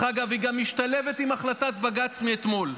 דרך אגב, היא גם משתלבת עם החלטת בג"ץ מאתמול.